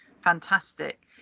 fantastic